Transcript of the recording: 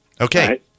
Okay